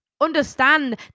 understand